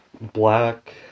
black